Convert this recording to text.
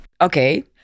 Okay